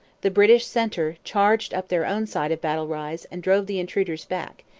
the british centre charged up their own side of battle rise and drove the intruders back,